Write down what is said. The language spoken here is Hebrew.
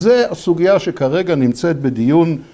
‫זו הסוגיה שכרגע נמצאת בדיון...